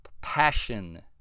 passion